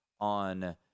on